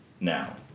Now